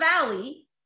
valley